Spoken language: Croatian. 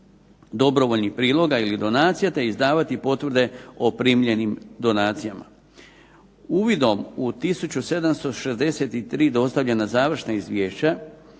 dobrovoljnih priloga ili donacija te izdavati potvrde o primljenim donacijama. Uvidom u 1763 dostavljena završna izvješća